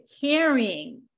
carrying